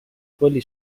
quelli